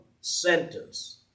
sentence